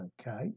Okay